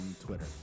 Twitter